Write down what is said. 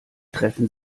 treffen